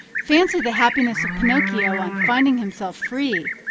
fancy the happiness of pinocchio on finding himself free!